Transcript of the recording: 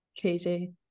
crazy